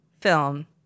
film